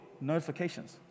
notifications